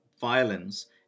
violence